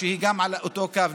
שהיא על אותו קו.